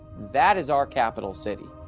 that is our capital city.